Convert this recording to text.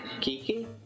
Kiki